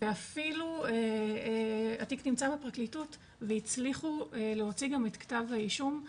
ואפילו התיק נמצא בפרקליטות והצליחו להוציא גם את כתב האישום.